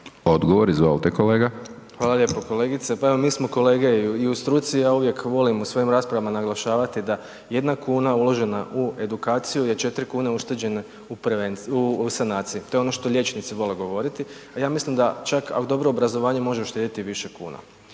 Domagoj (SDP)** Hvala lijepo. Kolegice, pa evo mi smo kolege i u struci, ja uvijek volim u svojim raspravama naglašavati da 1kn uložena u edukaciju je 4kn ušteđene u prevenciju, u sanaciju, to je ono što liječnici vole govoriti. A ja mislim da čak, a dobro obrazovanje može uštedjeti i više kuna.